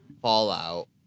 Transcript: fallout